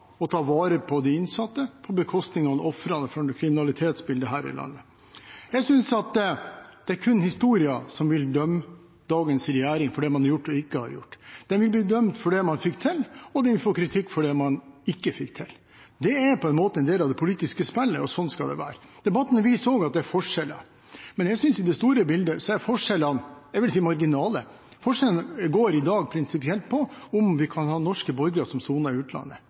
ta vare på de innsatte, på bekostning av ofrene for kriminalitetsbildet her i landet? Jeg mener at det kun er historien som vil dømme dagens regjering for det den har gjort og ikke har gjort. Den vil bli bedømt etter det den fikk til, og den vil få kritikk for det den ikke fikk til. Det er på en måte en del av det politiske spillet, og sånn skal det være. Debatten viser også at det er forskjeller, men i det store bildet er forskjellene – vil jeg si – marginale. Forskjellene i dag går prinsipielt på om norske borgere kan sone i utlandet.